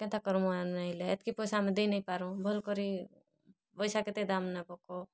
କେନ୍ତା କର୍ମୁ ଆର୍ ନାଇ ହେଲେ ଏତ୍କି ପଇସା ଆମେ ଦେଇ ନାଇଁ ପାରୁଁ ଭଲ୍ କରି ପଇସା କେତେ ଦାମ୍ ନେବ କୁହ